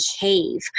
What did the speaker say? behave